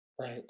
right